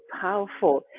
powerful